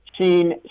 seen